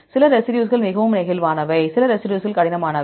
சில ரெசிடியூஸ்கள் மிகவும் நெகிழ்வானவை சில ரெசிடியூஸ்கள் கடினமானவை